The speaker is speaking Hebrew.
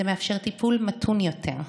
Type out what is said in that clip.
זה מאפשר טיפול מתון יותר,